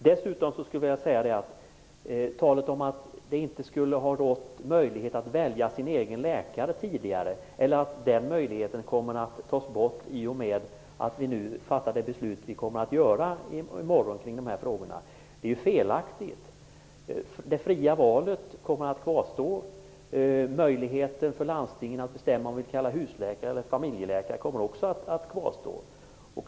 Dessutom: Talet om att det tidigare inte skulle ha funnits möjligheter att välja sin läkare, eller att den möjligheten kommer att tas bort i och med det beslut som vi i morgon fattar i dessa frågor, är felaktigt. Det fria valet kommer att kvarstå. Landstingens möjlighet att bestämma om husläkare eller familjeläkare kommer också att kvarstå.